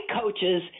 coaches